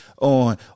on